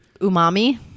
umami